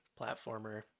platformer